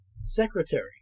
Secretary